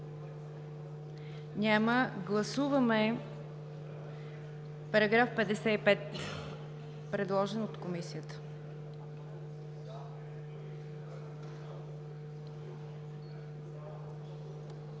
Няма. Гласуваме § 55, предложен от Комисията.